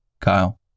Kyle